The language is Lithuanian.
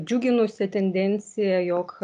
džiuginusią tendenciją jog